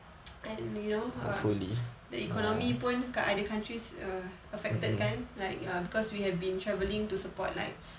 and you know err the economy pun kat other countries err affected kan like err because we have been travelling to support like